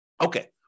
Okay